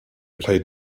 played